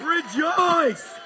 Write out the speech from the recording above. Rejoice